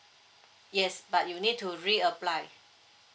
yes but you need to reapply